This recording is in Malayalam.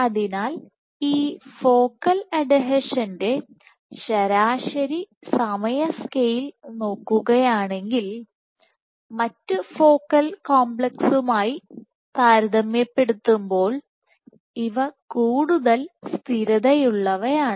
അതിനാൽ ഈ ഫോക്കൽ അഡ്ഹീഷന്റെ ശരാശരി സമയ സ്കെയിൽ നോക്കുകയാണെങ്കിൽ മറ്റ്ഫോക്കൽ കോംപ്ലക്സുകളുമായി താരതമ്യപ്പെടുത്തുമ്പോൾ ഇവ കൂടുതൽ സ്ഥിരതയുള്ളവയാണ്